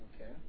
Okay